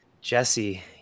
Jesse